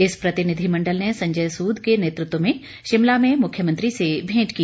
इस प्रतिनिधि मंडल ने संजय सूद के नेतृत्व में शिमला में मुख्यमंत्री से भेंट की